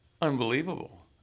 unbelievable